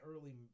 early